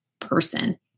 person